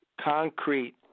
concrete